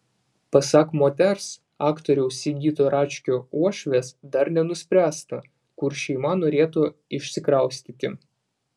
pasak moters aktoriaus sigito račkio uošvės dar nenuspręsta kur šeima norėtų išsikraustyti